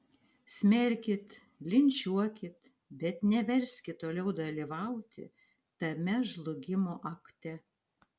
smerkit linčiuokit bet neverskit toliau dalyvauti tame žlugimo akte